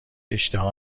اشتها